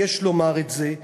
ויש לומר את זה,